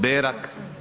Berak?